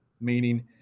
meaning